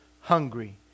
hungry